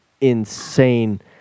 insane